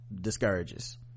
discourages